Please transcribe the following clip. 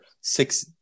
six